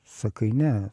sakai ne